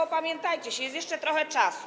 Opamiętajcie się, jest jeszcze trochę czasu.